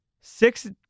six